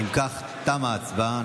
אם כך, תמה ההצבעה.